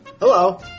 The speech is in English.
Hello